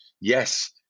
Yes